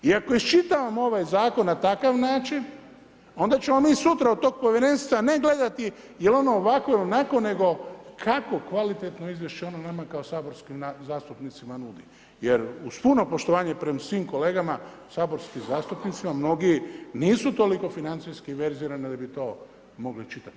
I ako iščitavamo ovaj zakon na takav način, onda ćemo mi sutra od tog povjerenstva ne gledati jel ono ovakvo, onakvo, nego kako kvalitetno izvješće ono nama kao saborskim zastupnicima nudi, jer uz puno poštovanje prema svim kolegama, saborskim zastupnicima, mnogi nisu toliko financijski verzirani da bi to mogli čitat.